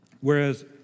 Whereas